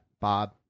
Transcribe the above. Bob